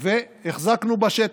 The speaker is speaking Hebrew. והחזקנו בשטח.